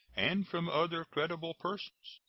and from other credible persons.